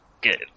good